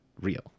real